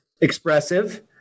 expressive